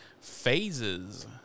Phases